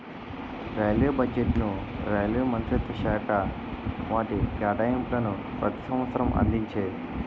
railway బడ్జెట్ను railway మంత్రిత్వశాఖ వాటి కేటాయింపులను ప్రతి సంవసరం అందించేది